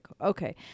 Okay